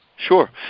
Sure